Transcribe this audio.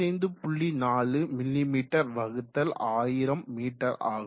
4 மிமீ 1000மீட்டராகும்